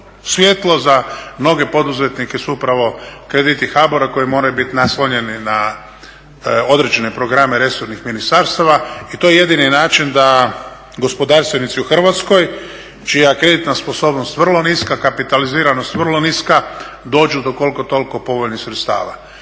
svjetlo za mnoge poduzetnike su upravo krediti HABOR-a koji moraju biti naslonjeni na određene programe resornih ministarstava i to je jedini način da gospodarstvenici u Hrvatskoj, čija je kreditna sposobnost vrlo niska, kapitaliziranost vrlo niska, dođu do koliko toliko povoljnih sredstava.